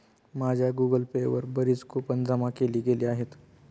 माझ्या Google Pay वर बरीच कूपन जमा केली गेली आहेत